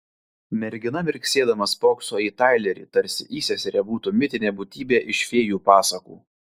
mergina mirksėdama spokso į tailerį tarsi įseserė būtų mitinė būtybė iš fėjų pasakų